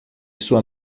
sua